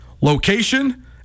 location